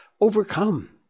overcome